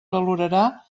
valorarà